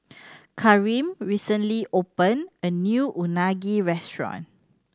Kareem recently opened a new Unagi restaurant